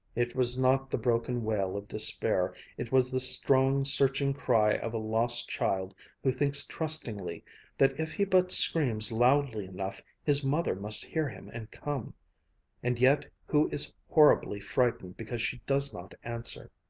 it was not the broken wail of despair it was the strong, searching cry of a lost child who thinks trustingly that if he but screams loudly enough his mother must hear him and come and yet who is horribly frightened because she does not answer.